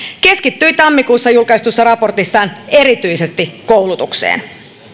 keskittyi tammikuussa julkaistussa raportissaan erityisesti koulutukseen